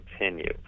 continue